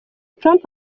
trump